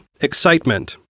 excitement